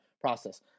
process